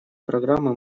программы